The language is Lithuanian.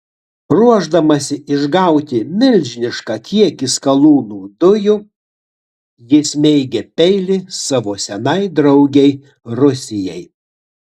ruošdamasi išgauti milžinišką kiekį skalūnų dujų ji smeigia peilį savo senai draugei rusijai